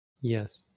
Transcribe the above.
Yes